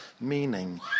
meaning